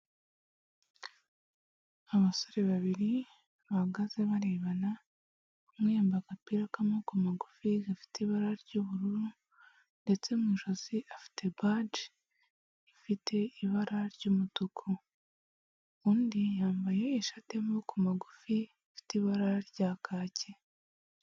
Abasore babiri bahagaze barebana, umwe yamba agapira k'amaboko magufi gafite ibara ry'ubururu ndetse mu ijosi afite baji ifite ibara ry'umutuku, undi yambaye ishati y'amaboko magufi ifite ibara rya kacye.